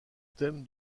thème